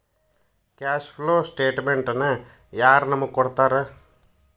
Cash flow ಸ್ಟೆಟಮೆನ್ಟನ ಯಾರ್ ನಮಗ್ ಕೊಡ್ತಾರ?